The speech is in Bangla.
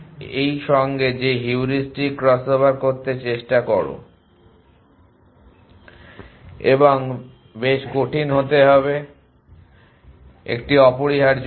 এই সঙ্গে যে হিউরিস্টিক ক্রসওভার করতে চেষ্টা করো এবং বেশ কঠিন হতে হবে একটি অপরিহার্যভাবে